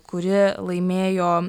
kuri laimėjo